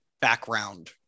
background